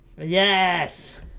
Yes